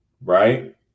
right